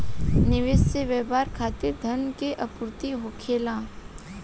निवेश से व्यापार खातिर धन के आपूर्ति होखेला